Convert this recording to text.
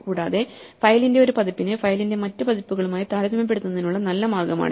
കൂടാതെ ഫയലിന്റെ ഒരു പതിപ്പിനെ ഫയലിന്റെ മറ്റ് പതിപ്പുകളുമായി താരതമ്യപ്പെടുത്തുന്നതിനുള്ള നല്ല മാർഗ്ഗമാണിത്